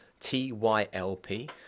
tylp